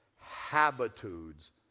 Habitudes